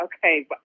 okay